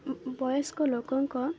ବୟସ୍କ ଲୋକଙ୍କ